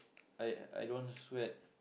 I I I don't sweat